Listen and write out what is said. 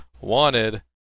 Wanted